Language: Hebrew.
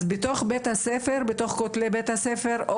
אז בתוך כתלי בית הספר,